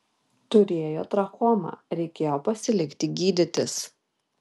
turėjo trachomą reikėjo pasilikti gydytis